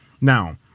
Now